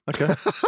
Okay